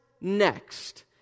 next